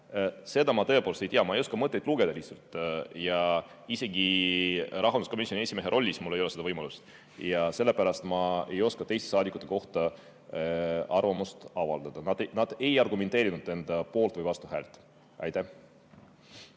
ma tõepoolest ei tea. Ma lihtsalt ei oska mõtteid lugeda ja isegi rahanduskomisjoni esimehe rollis mul ei ole seda võimalust ja sellepärast ma ei oska teiste saadikute kohta arvamust avaldada. Nad ei argumenteerinud enda poolt- või vastuhäält.